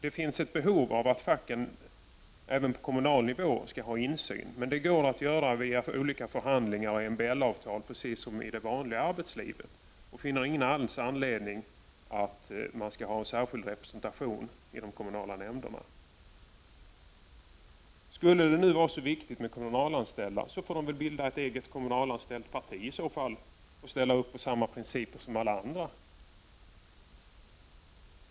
Det finns ett behov av att facken även på kommunal nivå skall ha insyn. Precis som i arbetslivet i övrigt kan det ske genom olika förhandlingar och MBL-avtal. Vi finner ingen anledning till att facken skulle ha en särskild representation i de kommunala nämnderna. Skulle det vara så viktigt med de kommunalanställda, får de väl bilda ett eget parti och ställa upp på samma villkor som alla andra.